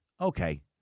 Okay